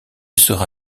sera